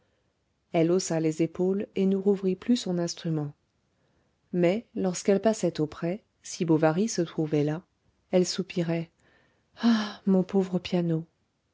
elle haussa les épaules et ne rouvrit plus son instrument mais lorsqu'elle passait auprès si bovary se trouvait là elle soupirait ah mon pauvre piano